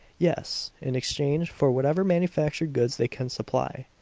yes, in exchange for whatever manufactured goods they can supply,